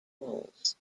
roles